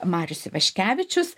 marius ivaškevičius